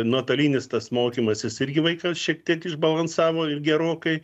nuotolinis tas mokymasis irgi vaiką šiek tiek išbalansavo gerokai